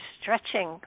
stretching